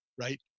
right